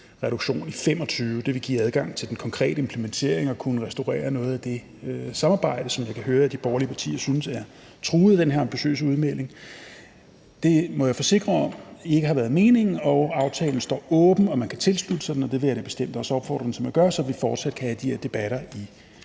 reduktion i 2025. Det vil give adgang til den konkrete implementering, og det vil kunne restaurere noget af det samarbejde, som jeg kan høre de borgerlige partier synes er truet af den her ambitiøse udmelding. Det må jeg forsikre om ikke har været meningen, og aftalen står åben, og man kan tilslutte sig den. Og det vil jeg da bestemt også opfordre til at man gør, så vi fortsat kan have de her debatter i